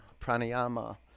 pranayama